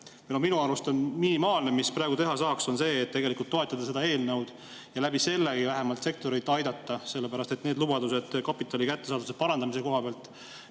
Minu arust minimaalne, mida praegu teha saaks, on tegelikult toetada seda eelnõu ja sellega vähemalt sektorit aidata, sellepärast et lubadused kapitali kättesaadavuse parandamise kohapealt